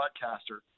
broadcaster